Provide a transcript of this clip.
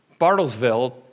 Bartlesville